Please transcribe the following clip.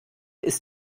ist